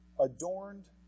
adorned